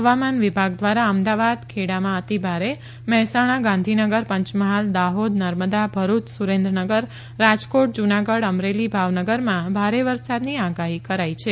હવામાન વિભાગ ધ્વારા અમદાવાદ ખેડામાં અતિભારે મહેસાણા ગાંધીનગર પંચમહાલ દાહોદ નર્મદા ભરૂચ સુરેન્દ્રનગર રાજકોટ જુનાગઢ અમરેલી ભાવનગરમાં ભારે વરસાદની આગાહી કરાઇ છે